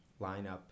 lineup